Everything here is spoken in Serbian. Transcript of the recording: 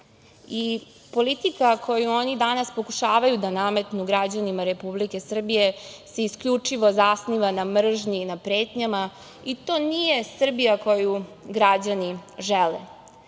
koju oni danas pokušavaju da nametnu građanima Republike Srbije se isključivo zasniva na mržnji i na pretnjama i to nije Srbija koju građani žele.